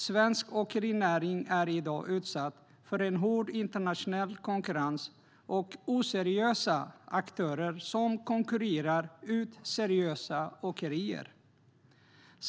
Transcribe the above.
Svensk åkerinäring är i dag utsatt för en hård internationell konkurrens och oseriösa aktörer som konkurrerar ut seriösa åkerier.